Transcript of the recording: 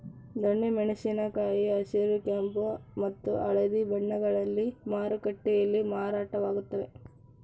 ದೊಣ್ಣೆ ಮೆಣಸಿನ ಕಾಯಿ ಹಸಿರು ಕೆಂಪು ಮತ್ತು ಹಳದಿ ಬಣ್ಣಗಳಲ್ಲಿ ಮಾರುಕಟ್ಟೆಯಲ್ಲಿ ಮಾರಾಟವಾಗುತ್ತವೆ